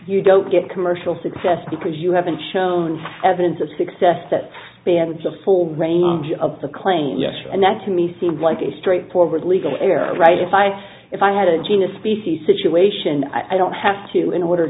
you don't get commercial success because you haven't shown evidence of success that spans the full range of the claim yes and that to me seems like a straightforward legal right if i if i had a genius p c situation i don't have to in order